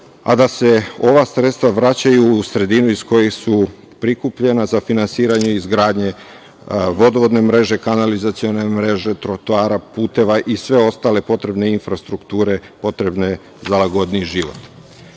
a da se ova sredstva vraćaju u sredinu iz koje su prikupljena za finansiranje izgradnje vodovodne mreže, kanalizacione mreže, trotoara, puteva i sve ostale potrebne infrastrukture potrebne za lagodniji